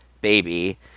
baby